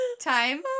time